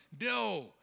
No